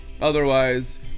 Otherwise